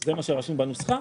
זה מה שרשום בנוסחה,